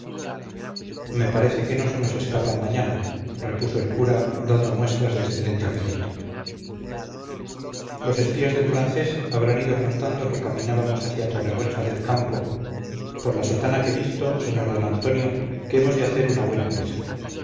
me parece que no se nos escapan mañana repuso el cura dando muestras de excelente apetito los espías del francés habrán ido contando que caminábamos hacia torremocha del campo por la sotana que visto sr d antonio que hemos de hacer una buena presa